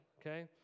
okay